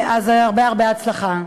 אז הרבה הרבה הצלחה.